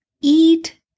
eat